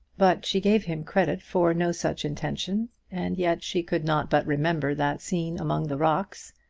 but she gave him credit for no such intention, and yet she could not but remember that scene among the rocks.